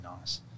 nice